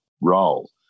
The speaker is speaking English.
role